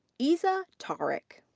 izza tariq.